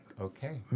okay